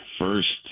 first